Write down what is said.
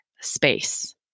space